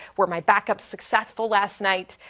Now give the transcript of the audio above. were my backup successful last night?